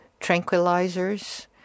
tranquilizers